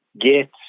get